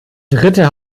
dritte